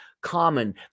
common